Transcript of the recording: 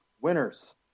Winners